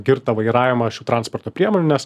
girtą vairavimą šių transporto priemonių